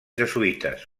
jesuïtes